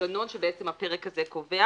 המנגנון שבעצם הפרק הזה קובע